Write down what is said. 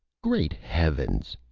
great heavens!